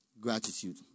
Gratitude